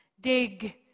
Dig